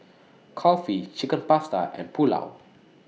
Kulfi Chicken Pasta and Pulao